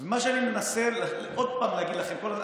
מה שאני מנסה עוד פעם להגיד לכם,